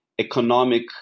economic